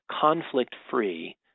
conflict-free